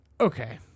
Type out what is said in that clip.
Okay